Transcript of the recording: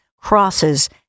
crosses